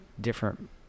different